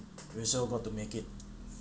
we also got to make it